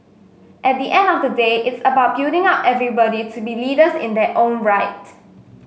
at the end of the day it's about building up everybody to be leaders in their own right